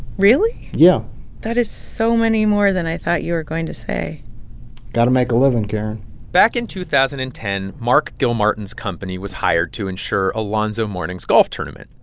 really? yeah that is so many more than i thought you were going to say got to make a living, karen back in two thousand and ten, mark gilmartin's company was hired to ensure alonzo mourning's golf tournament.